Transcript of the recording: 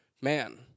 Man